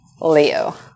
Leo